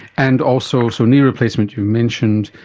and also, so knee replacement you mentioned,